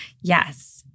yes